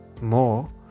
more